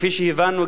כפי שהבנו גם,